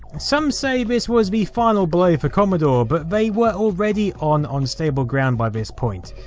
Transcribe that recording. some say this was the final blow for commodore, but they were already on unstable ground by this point.